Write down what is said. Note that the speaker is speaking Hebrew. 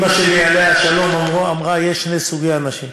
אימא שלי, עליה השלום, אמרה: יש שני סוגי אנשים,